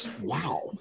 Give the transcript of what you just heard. Wow